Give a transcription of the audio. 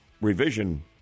revision